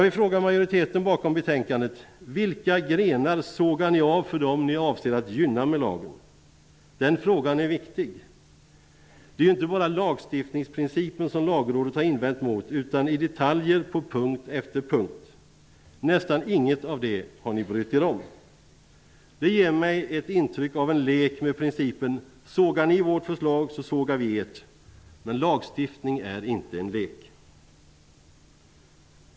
Vilka grenar sågar ni av för dem ni avser att gynna med lagen? Den frågan är viktig. Det är inte bara lagstiftningsprincipen som Lagrådet har invänt mot, utan det har haft invändningar mot detaljer på punkt efter punkt. Ni har inte brytt er om något av detta. Det ger mig ett intryck av att det hela är en lek med principen: Sågar ni vårt förslag, sågar vi ert. Men lagstiftning är inte en lek.